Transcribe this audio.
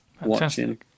watching